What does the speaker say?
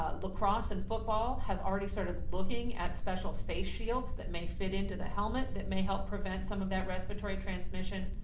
but lacrosse and football have already started looking, at special face shields that may fit into the helmet that may help prevent some of that respiratory transmission.